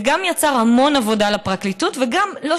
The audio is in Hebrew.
זה גם יצר המון עבודה לפרקליטות וגם לא